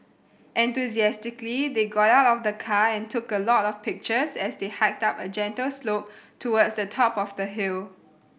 enthusiastically they got out of the car and took a lot of pictures as they hiked up a gentle slope towards the top of the hill